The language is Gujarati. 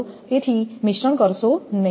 તેથી મિશ્રણ કરશો નહીં